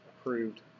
approved